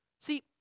See